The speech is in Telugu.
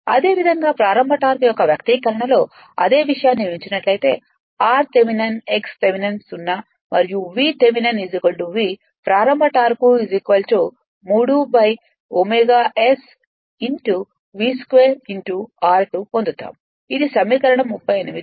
అదేవిధంగా ప్రారంభ టార్క్ యొక్క వ్యక్తీకరణలో అదే విషయాన్ని ఉంచినట్లయితే r థెవెనిన్ x థెవెనిన్ 0 మరియు V థెవెనిన్ V ప్రారంభ టార్క్ 3 ω S v 2 r2 ' పొందుతాము ఇది సమీకరణం 38